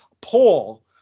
poll